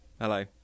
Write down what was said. Hello